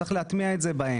צריך להטמיע את זה בהם.